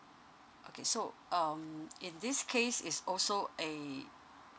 okay so um in this case is also a